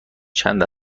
چند